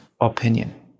opinion